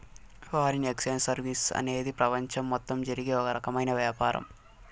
foreign exchange services అనేది ప్రపంచం మొత్తం జరిగే ఓ రకమైన వ్యాపారం